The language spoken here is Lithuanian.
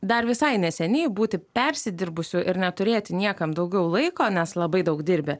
dar visai neseniai būti persidirbusiu ir neturėti niekam daugiau laiko nes labai daug dirbi